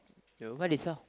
uh what they saw